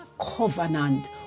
covenant